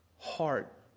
heart